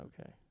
Okay